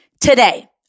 today